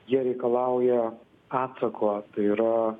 jie reikalauja atsako tai yra